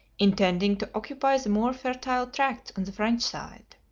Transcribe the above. intending to occupy the more fertile tracts on the french side.